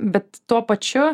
bet tuo pačiu